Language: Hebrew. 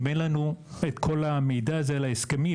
אם אין לנו את כל המידע על ההסכמים.